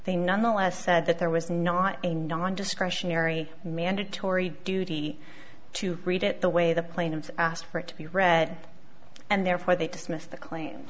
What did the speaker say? they nonetheless said that there was not a nondiscretionary mandatory duty to read it the way the plane and asked for it to be read and therefore they dismissed the claims